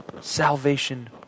Salvation